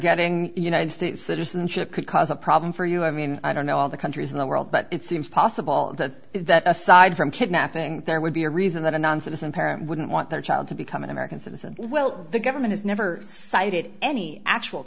getting united states citizenship could cause a problem for you i mean i don't know all the countries in the world but it seems possible of the that aside from kidnapping there would be a reason that a non citizen parent wouldn't want their child to become an american citizen well the government has never cited any actual